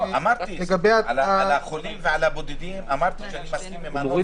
לגבי החולים והמבודדים אמרתי שאני מסכים למה